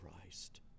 Christ